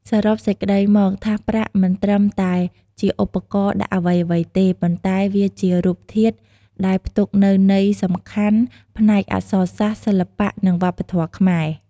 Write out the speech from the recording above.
សរុបសេចក្តីមកថាសប្រាក់មិនត្រឹមតែជាឧបករណ៍ដាក់អ្វីៗទេ ប៉ុន្តែវាជារូបធាតុដែលផ្ទុកនូវន័យសំខាន់ផ្នែកអក្សរសាស្ត្រ សិល្បៈ និងវប្បធម៌ខ្មែរ។